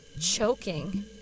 choking